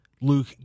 Luke